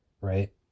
right